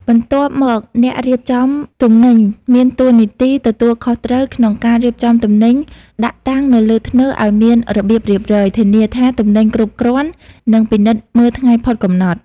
បន្ទាប់មកអ្នករៀបចំទំនិញ មានតួនាទីទទួលខុសត្រូវក្នុងការរៀបចំទំនិញដាក់តាំងនៅលើធ្នើឱ្យមានរបៀបរៀបរយ ធានាថាទំនិញគ្រប់គ្រាន់ និងពិនិត្យមើលថ្ងៃផុតកំណត់។